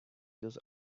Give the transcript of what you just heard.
those